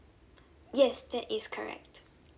yes that is correct